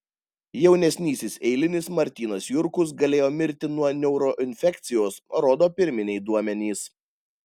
jaunesnysis eilinis martynas jurkus galėjo mirti nuo neuroinfekcijos rodo pirminiai duomenys